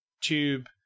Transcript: tube